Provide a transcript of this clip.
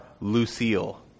Lucille